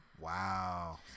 Wow